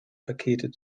pakete